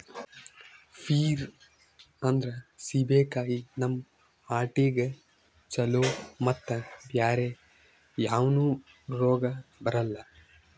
peer ಅಂದ್ರ ಸೀಬೆಕಾಯಿ ನಮ್ ಹಾರ್ಟಿಗ್ ಛಲೋ ಮತ್ತ್ ಬ್ಯಾರೆ ಯಾವನು ರೋಗ್ ಬರಲ್ಲ್